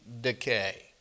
decay